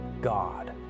God